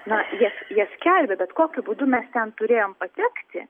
na jie jie skelbia bet kokiu būdu mes ten turėjom patekti